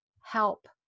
help